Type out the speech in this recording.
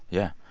yeah.